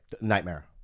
Nightmare